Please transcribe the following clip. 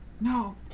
No